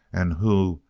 and who,